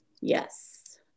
Yes